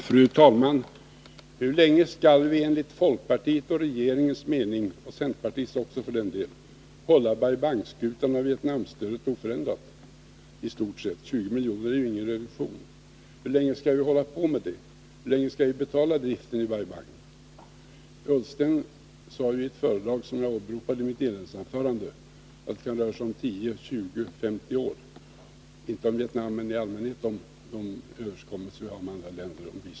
Fru talman! Hur länge skall vi enligt folkpartiets och centerpartiets mening hålla Bai Bang-skutan flytande och låta Vietnamstödet vara i stort sett oförändrat — 20 milj.kr. är ju ingen reduktion? Hur länge skall vi betala driften av Bai Bang? Ola Ullsten sade i ett föredrag som jag åberopade i mitt inledningsanförande, att det kan röra sig om 10, 20 eller 50 år. Det uttalandet gällde visserligen inte Vietnam, men det gällde i allmänhet de överenskommelser om bistånd som vi har med andra länder.